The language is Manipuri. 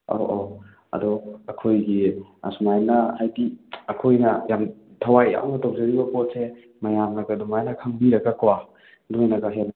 ꯑꯧ ꯑꯧ ꯑꯗꯣ ꯑꯩꯈꯣꯏꯒꯤ ꯑꯁꯨꯃꯥꯏꯅ ꯍꯥꯏꯗꯤ ꯑꯩꯈꯣꯏꯅ ꯌꯥꯝꯅ ꯊꯋꯥꯏ ꯌꯥꯎꯅ ꯇꯧꯖꯔꯤꯕ ꯄꯣꯠꯁꯦ ꯃꯌꯥꯝꯅꯒ ꯑꯗꯨꯃꯥꯏꯅ ꯈꯪꯕꯤꯔꯒꯀꯣ ꯅꯣꯏꯅꯒ ꯍꯦꯟꯅ